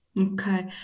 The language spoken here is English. Okay